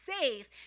safe